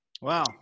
Wow